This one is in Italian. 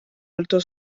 alto